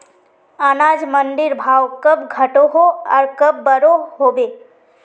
अनाज मंडीर भाव कब घटोहो आर कब बढ़ो होबे?